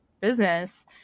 business